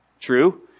true